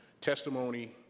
testimony